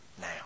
now